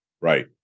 Right